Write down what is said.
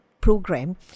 program